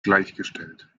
gleichgestellt